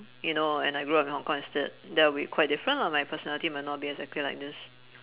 you know and I grew up in hong-kong instead that will be quite different lah my personality might not be exactly like this